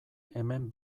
hemen